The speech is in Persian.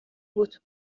بود